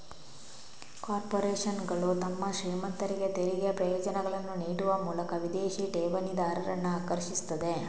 ಕಾರ್ಪೊರೇಷನುಗಳು ಮತ್ತು ಶ್ರೀಮಂತರಿಗೆ ತೆರಿಗೆ ಪ್ರಯೋಜನಗಳನ್ನ ನೀಡುವ ಮೂಲಕ ವಿದೇಶಿ ಠೇವಣಿದಾರರನ್ನ ಆಕರ್ಷಿಸ್ತದೆ